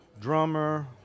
drummer